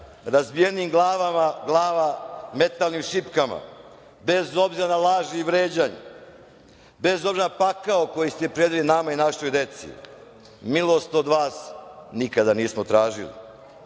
razbijanjem glava metalnim šipkama, bez obzira na laži i vređanja, bez obzira na pakao koji ste priredili nama i našoj deci, milost od vas nikada nismo tražili,